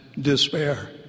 despair